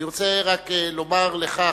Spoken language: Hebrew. אני רוצה רק לומר לך,